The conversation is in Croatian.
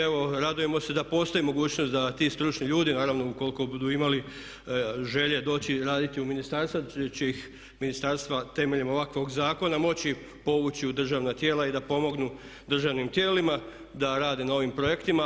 Evo, radujemo se da postoji mogućnost da ti stručni ljudi, naravno ukoliko budu imali želje doći raditi u ministarstva će ih ministarstva temeljem ovakvog zakona moći povući u državna tijela i da pomognu državnim tijelima da rade na ovim projektima.